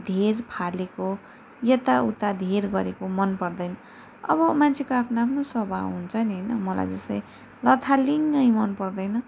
धेर फालेको यताउता धेर गरेको मनपर्दैन अब मान्छेको आफ्नो आफ्नो स्वभाव हुन्छ नि होइन मलाई जस्तै लथालिङ्गै मनपर्दैन